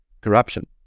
corruption